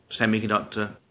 semiconductor